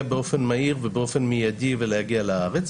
באופן מהיר ובאופן מיידי ולהגיע לארץ,